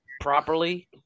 properly